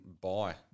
bye